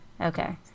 okay